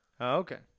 okay